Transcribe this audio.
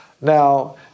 Now